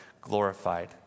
glorified